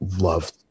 Loved